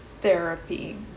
therapy